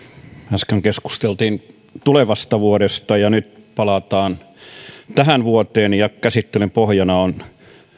äsken keskusteltiin tulevasta vuodesta ja nyt palataan tähän vuoteen ja käsittelyn pohjana on